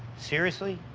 seriously?